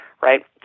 right